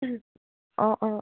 অঁ অঁ